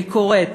אני קוראת: